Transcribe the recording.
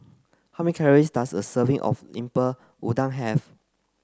how many calories does a serving of Lemper Udang have